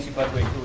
budwig